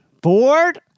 Bored